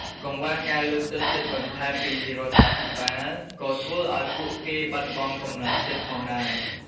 កង្វះការលើកទឹកចិត្តបន្ថែមពីរដ្ឋាភិបាល ក៏ធ្វើឲ្យពួកគេបាត់បង់កម្លាំងចិត្តផងដែរ។